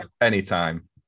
anytime